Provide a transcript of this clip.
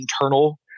internal